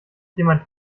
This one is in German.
jemand